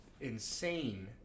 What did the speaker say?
Insane